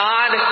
God